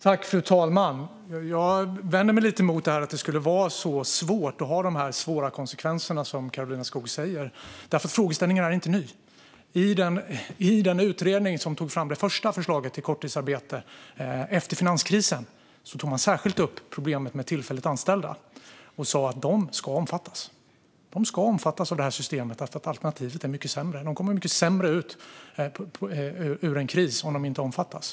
Fru talman! Jag vänder mig lite mot att detta skulle vara så svårt och ha de svåra konsekvenser som Karolina Skog talar om. Frågeställningen är nämligen inte ny. I den utredning som tog fram det första förslaget till korttidsarbete efter finanskrisen tog man särskilt upp problemet med tillfälligt anställda och sa att de ska omfattas av systemet, för alternativet är mycket sämre. De kommer mycket sämre ut ur en kris om de inte omfattas.